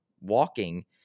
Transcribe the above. walking